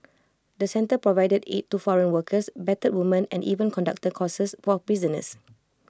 the centre provided aid to foreign workers battered women and even conducted courses for prisoners